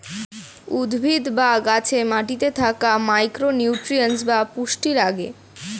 উদ্ভিদ বা গাছে মাটিতে থাকা মাইক্রো নিউট্রিয়েন্টস বা পুষ্টি লাগে